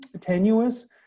tenuous